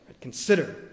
Consider